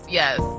yes